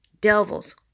devils